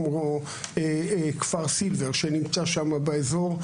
כמו כפר סילבר שנמצא שם באזור.